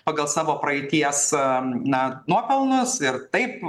pagal savo praeities a na nuopelnus ir taip